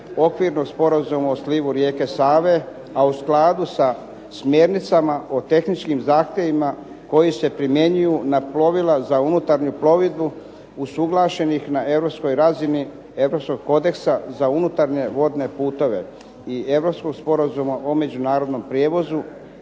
Okvirnog sporazuma o slivu rijeke Save a u skladu sa smjernicama o tehničkim zahtjevima koji se primjenjuju na pravila za unutarnju plovidbu usuglašenih na europskoj razini europskog kodeksa za unutarnje vodne puteve i Europskog sporazuma o međunarodnom prijevozu